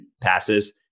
passes